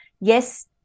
yes